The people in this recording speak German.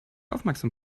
aufmerksam